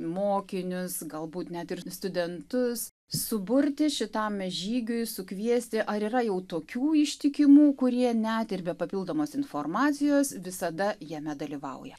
mokinius galbūt net ir studentus suburti šitam žygiui sukviesti ar yra jau tokių ištikimų kurie net ir be papildomos informacijos visada jame dalyvauja